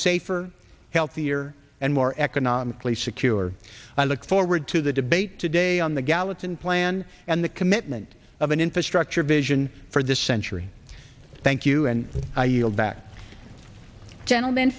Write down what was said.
safer healthier and more economically secure i look forward to the debate today on the gallatin plan and the commitment of an infrastructure vision for this century thank you and i yield back the gentleman